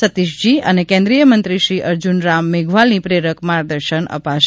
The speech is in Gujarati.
સતીશજી અને કેન્દ્રીથ મંત્રી શ્રી અર્જુનરામ મેધવાલની પ્રેરક માર્ગદર્શન આપશે